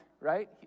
Right